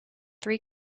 three